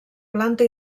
planta